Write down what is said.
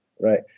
right